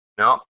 No